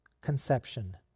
conception